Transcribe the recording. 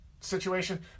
situation